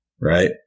right